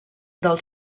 del